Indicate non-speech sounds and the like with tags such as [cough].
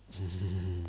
[noise]